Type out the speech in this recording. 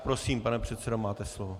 Prosím, pane předsedo, máte slovo.